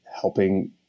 helping